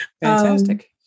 Fantastic